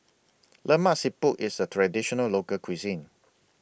Lemak Siput IS A Traditional Local Cuisine